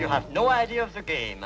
you have no idea of the game